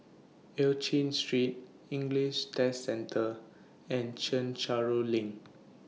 EU Chin Street English Test Centre and Chencharu LINK